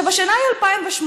השנה היא 2018,